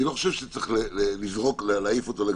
אני לא חושב שצריך להעיף אותו לגמרי,